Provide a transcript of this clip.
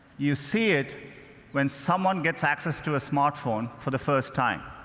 you see it when someone gets access to a smartphone for the first time.